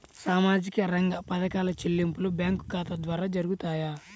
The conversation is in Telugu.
సామాజిక రంగ పథకాల చెల్లింపులు బ్యాంకు ఖాతా ద్వార జరుగుతాయా?